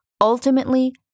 Ultimately